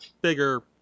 bigger